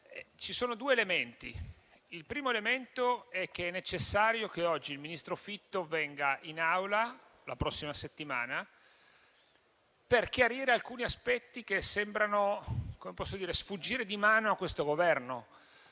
Ci sono due elementi: il primo è che è necessario che il ministro Fitto venga in Aula la prossima settimana per chiarire alcuni aspetti che sembrano sfuggire di mano a questo Governo.